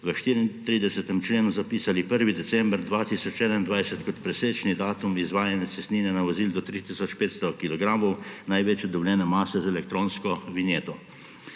v 34. členu zapisali 1. december 2021 kot presečni datum izvajanja cestninjenja vozil do 3 tisoč 500 kilogramov največje dovoljene mase z elektronsko vinjeto.